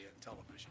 television